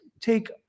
take